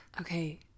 Okay